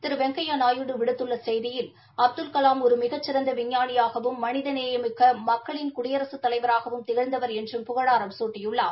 திரு வெங்கையா நாயுடு விடுத்துள்ள செய்தியில் அப்துல்கலாம் ஒரு மிகச்சிறந்த விஞ்ஞானியாகவும் மனித நேயமிக்க மக்களின் குடியரசுத் தலைவராக திகழ்ந்தவர் என்றும் புகழாரம் சூட்டியுள்ளார்